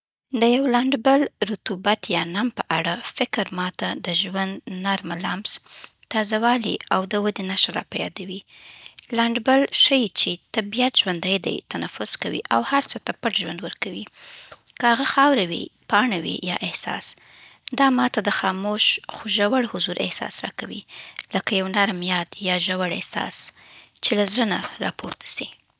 د یو لندبل يا رطوبت یا نم په اړه فکر ما ته د ژوند نرمه لمس، تازه‌والی، او د ودې نښه راپه یادوي. لندبل ښيي چې طبیعت ژوندی دی، تنفس کوي، او هر څه ته پټ ژوند ورکوي، که هغه خاوره وي، پاڼه وي، یا احساس. دا ما ته د خاموش خو ژور حضور احساس راکوي، لکه یو نرم یاد یا ژور احساس چې له زړه نه راپورته سی.